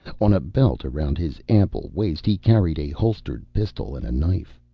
on a belt around his ample waist he carried a holstered pistol and a knife.